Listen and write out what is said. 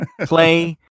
play